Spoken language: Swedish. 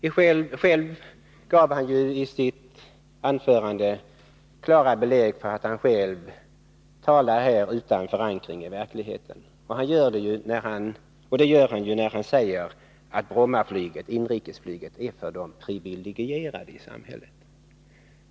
Isitt anförande nyss gav Tommy Franzén klara belägg för att han själv talar utan förankring i verkligheten. Det gör han när han säger att inrikesflyget på Bromma är till för de privilegierade i samhället.